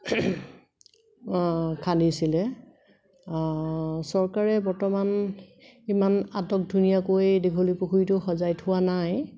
খান্দিছিলে চৰকাৰে বৰ্তমান ইমান আটক ধুনীয়াকৈ দীঘলী পুখুৰীটো সজাই থোৱা নাই